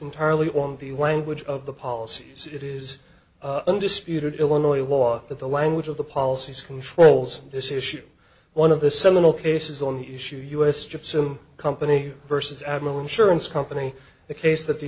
entirely on the language of the policy is it is undisputed illinois law that the language of the policies controls this issue one of the seminal cases on issues u s gypsum company versus admiral insurance company the case that the